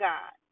God